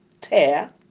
tear